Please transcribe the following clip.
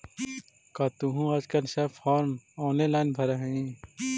का तुहूँ आजकल सब फॉर्म ऑनेलाइन भरऽ हही?